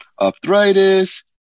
arthritis